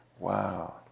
Wow